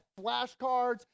flashcards